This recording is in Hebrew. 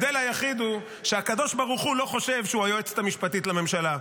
הוא שהקדוש ברוך הוא לא חושב שהוא היועצת המשפטית לממשלה.